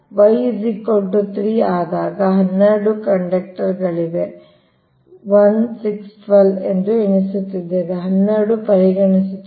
y 3 ಆದಾಗ 12 ಕಂಡಕ್ಟರ್ಗಳಿವೆ 1 6 12 ನಾವು ಎಣಿಸುತ್ತಿದ್ದೇವೆ 12 ಪರಿಗಣಿಸುತ್ತಿಲ್ಲ